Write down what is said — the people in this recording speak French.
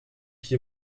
qui